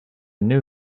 knew